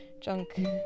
Junk